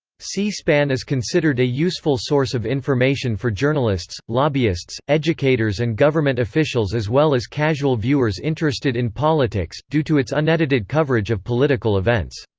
c-span is considered a useful source of information for journalists, lobbyists, educators and government officials as well as casual viewers interested in politics, due to its unedited coverage of political events.